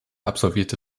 absolvierte